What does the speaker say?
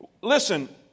Listen